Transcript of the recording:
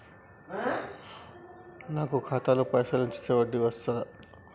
నాకు ఖాతాలో పైసలు ఉంచితే వడ్డీ వస్తదా?